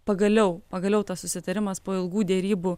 pagaliau pagaliau tas susitarimas po ilgų derybų